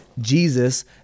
Jesus